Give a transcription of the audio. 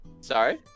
sorry